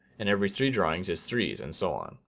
and every three drawings is threes and so on.